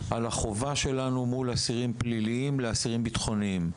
על החובה שלנו מול אסירים פליליים לאסירים בטחוניים: